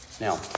Now